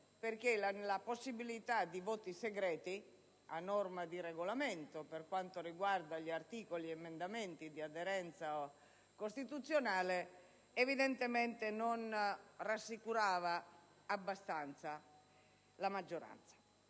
perché la possibilità di voti segreti, a norma di Regolamento, per quanto riguarda articoli ed emendamenti di aderenza costituzionale, evidentemente non rassicurava abbastanza la maggioranza.